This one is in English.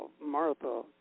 Martha